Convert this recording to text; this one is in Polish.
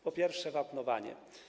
Po pierwsze, wapnowanie.